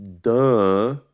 Duh